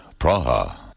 Praha